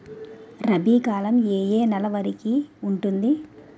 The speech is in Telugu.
రబీ కాలం ఏ ఏ నెల వరికి ఉంటుంది?